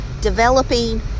developing